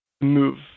move